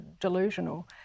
delusional